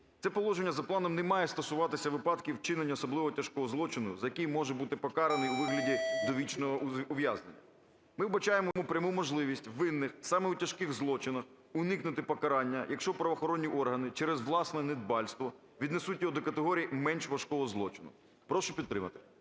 Це положення за планом на має стосуватись випадків вчинення особливо тяжкого злочину, за який може бути покараний у вигляді довічного ув'язнення. Ми вбачаємо в цьому пряму можливість винних саме в тяжких злочинах уникнути покарання, якщо правоохоронні органи через власне недбальство віднесуть його до категорії менш важкого злочину. Прошу підтримати.